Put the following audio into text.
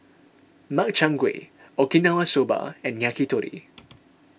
Makchang Gui Okinawa Soba and Yakitori